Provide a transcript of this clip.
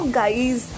guys